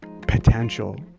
potential